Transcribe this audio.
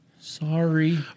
sorry